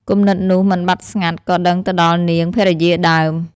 គំនិតនោះមិនបាត់ស្ងាត់ ក៏ដឹងទៅដល់នាង ភរិយាដើម ។